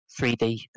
3D